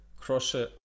crochet